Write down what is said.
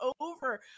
over